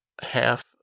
half